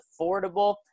affordable